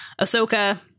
Ahsoka